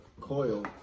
coil